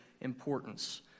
importance